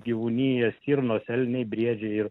gyvūnija stirnos elniai briedžiai ir